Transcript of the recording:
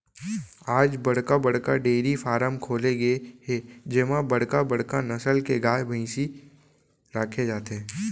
आज बड़का बड़का डेयरी फारम खोले गे हे जेमा बड़का बड़का नसल के गाय, भइसी राखे जाथे